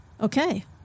Okay